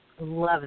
Love